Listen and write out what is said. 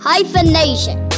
Hyphenation